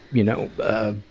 you know, ah,